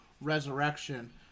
Resurrection